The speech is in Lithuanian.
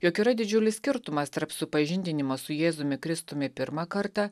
jog yra didžiulis skirtumas tarp supažindinimo su jėzumi kristumi pirmą kartą